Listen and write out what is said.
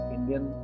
Indian